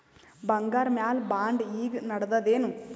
ಬಂಗಾರ ಮ್ಯಾಲ ಬಾಂಡ್ ಈಗ ನಡದದೇನು?